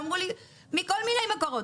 אמרו לי מכל מיני מקומות.